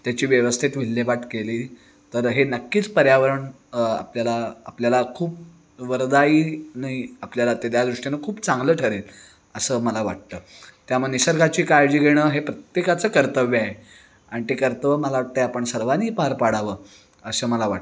त्याची व्यवस्थित विल्हेवाट केली तर हे नक्कीच पर्यावरण आपल्याला आपल्याला खूप वरदाई नई आपल्याला ते त्या दृष्टीनं खूप चांगलं ठरेल असं मला वाटतं त्यामुळे निसर्गाची काळजी घेणं हे प्रत्येकाचं कर्तव्य आहे आणि ते कर्तव्य मला वाटतं आहे आपण सर्वांनी पार पाडावं असं मला वाटतं